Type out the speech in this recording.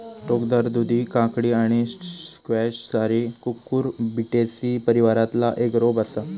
टोकदार दुधी काकडी आणि स्क्वॅश सारी कुकुरबिटेसी परिवारातला एक रोप असा